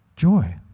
joy